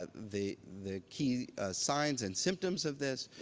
ah the the key signs and symptoms of this,